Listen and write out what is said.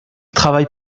travaille